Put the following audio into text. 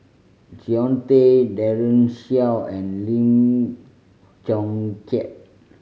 Jean Tay Daren Shiau and Lim Chong Keat